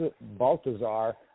Baltazar